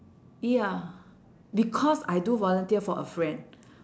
ya because I do volunteer for a friend